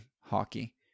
hockey